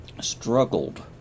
struggled